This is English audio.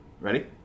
Ready